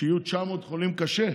כשיהיו 900 חולים קשה,